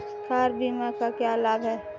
Car बीमा का क्या लाभ है?